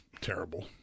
terrible